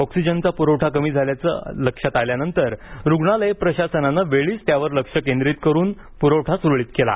ऑक्सिजनचा पुरवठा कमी झाल्याचं लक्षात आल्यानंतर रुग्णालय प्रशासनाने वेळीच त्यावर लक्ष केंद्रित करून प्रवठा सुरळीत केला